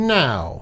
now